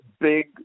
big